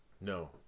No